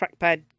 trackpad